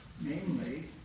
namely